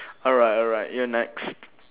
alright alright you're next